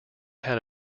had